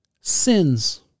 Sins